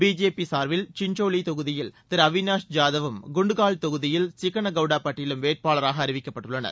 BJP சார்பில் சின்சோலி தொகுதியில் திரு அவிளாஷ் ஜாதவும் குன்ட்கல் தொகுதியில் சிக்கனகவுடா பட்டீலும் வேட்பாளராக அறிவிக்கப்பட்டுள்ளனர்